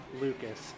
Lucas